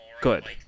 good